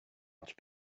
much